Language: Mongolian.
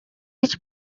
гэж